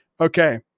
Okay